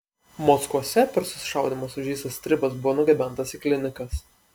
mockuose per susišaudymą sužeistas stribas buvo nugabentas į klinikas